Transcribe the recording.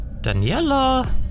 Daniela